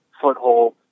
foothold